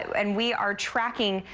and we are tracking.